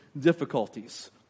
difficulties